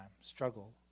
struggle